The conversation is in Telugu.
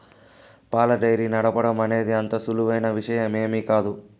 పాల డెయిరీ నడపటం అనేది అంత సులువైన విషయమేమీ కాదు